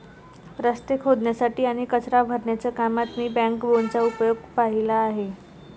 रस्ते खोदण्यासाठी आणि कचरा भरण्याच्या कामात मी बॅकबोनचा उपयोग पाहिले आहेत